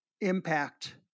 impact